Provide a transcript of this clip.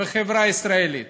בחברה הישראלית.